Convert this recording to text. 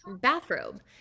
bathrobe